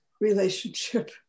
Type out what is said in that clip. relationship